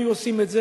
היו עושים את זה